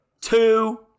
two